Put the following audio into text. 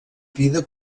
vida